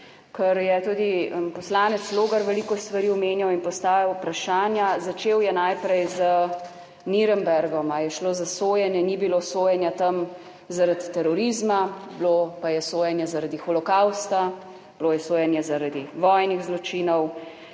TRAK: (VP) 15.25** (nadaljevanje) in postavil vprašanja. Začel je najprej z Nürnbergom, ali je šlo za sojenje. Ni bilo sojenja tam zaradi terorizma, bilo pa je sojenje zaradi holokavsta, bilo je sojenje zaradi vojnih zločinov.